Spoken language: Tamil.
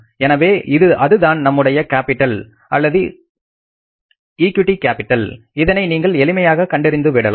எனவே அதுதான் நம்முடைய கேப்பிட்டல் அல்லது ஈக்யூட் கேப்பிட்டல் இதனை நீங்கள் எளிமையாக கண்டறிந்துவிடலாம்